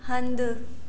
हंधु